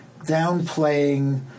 downplaying